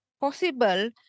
possible